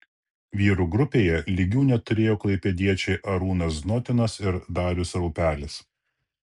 vyrų grupėje lygių neturėjo klaipėdiečiai arūnas znotinas ir darius raupelis